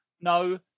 no